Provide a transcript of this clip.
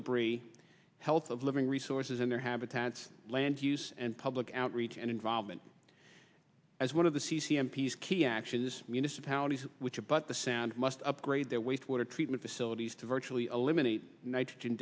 debris health of living resources in their habitats land use and public outreach and involvement as one of the c c m p s key actions municipalities which abut the sound must upgrade their waste water treatment facilities to virtually eliminate nitrogen